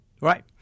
right